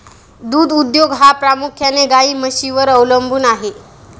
दूध उद्योग हा प्रामुख्याने गाई म्हशींवर अवलंबून आहे